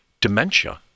dementia